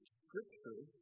scripture